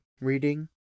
reading